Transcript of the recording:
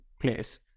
place